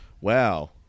wow